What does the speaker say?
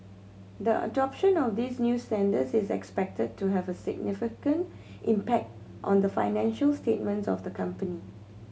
the adoption of these new standards is expected to have a significant impact on the financial statements of the company